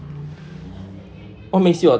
what makes you uh